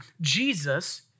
Jesus